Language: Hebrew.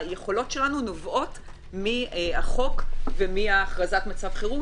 היכולות שלנו נובעות מהחוק ומהכרזת מצב החירום,